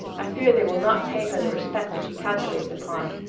i fear they will not pay her the respect that she calculates upon.